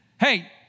hey